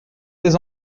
les